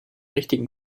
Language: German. richtigen